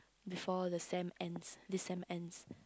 before the sem ends this sem ends